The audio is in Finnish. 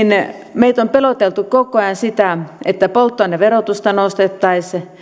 meitä on peloteltu koko ajan sillä että polttoaineverotusta nostettaisiin